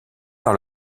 par